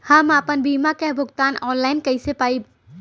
हम आपन बीमा क भुगतान ऑनलाइन कर पाईब?